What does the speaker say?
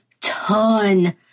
ton